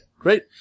great